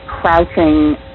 crouching